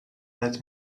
let